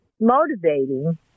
motivating